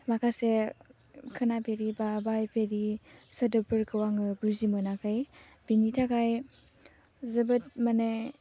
माखासे खोनाफेरै बा बाहायफैरै सोदोबफोरखौ आङो बुजिमोनाखै बेनि थाखाय जोबोद माने